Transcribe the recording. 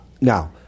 now